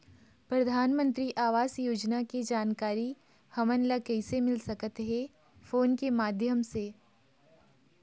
परधानमंतरी आवास योजना के जानकारी हमन ला कइसे मिल सकत हे, फोन के माध्यम से?